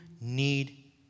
need